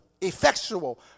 effectual